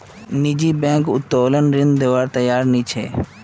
निजी बैंक उत्तोलन ऋण दिबार तैयार नइ छेक